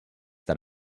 that